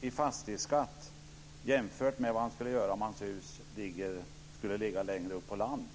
i fastighetsskatt jämfört med vad han skulle göra om hans skulle ligga längre upp på land.